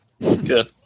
Good